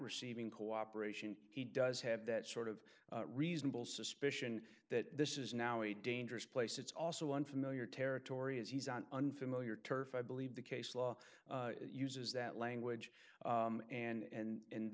receiving cooperation he does have that sort of reasonable suspicion that this is now a dangerous place it's also unfamiliar territory as he's on unfamiliar turf i believe the case law uses that language and